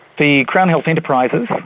the crown health enterprises,